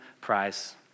prize